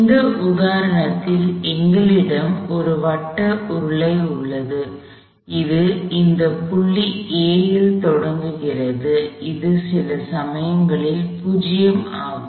இந்த உதாரணத்தில் எங்களிடம் ஒரு வட்ட உருளை உள்ளது அது இந்த புள்ளி A இல் தொடங்குகிறது அது சில சமயங்களில் 0 ஆகும்